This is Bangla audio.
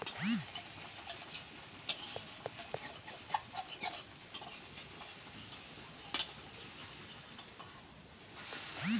কৃষি কাজে যে শস্য উৎপাদন হচ্ছে তাকে আলাদা দেশের সাথে ইম্পোর্ট এক্সপোর্ট কোরছে